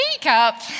Teacup